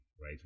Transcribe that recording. right